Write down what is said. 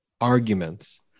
arguments